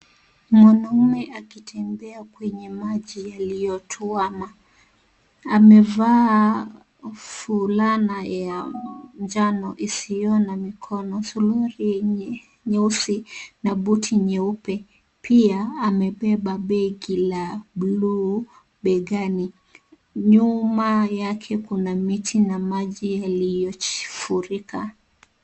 Mwanamme akitembea kwenye maji yaliyotumwa. Amevaa fulana ya njano isiyo na mikono .suruali yenye nyeusi na buti nyeupe. Pia amebeba begi la buluu begani. Nyuma yake kuna miti na maji yaliyotumika.